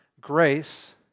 grace